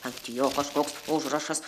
ant jo kažkoks užrašas